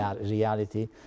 reality